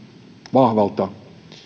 vahvalta